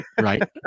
right